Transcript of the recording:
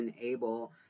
enable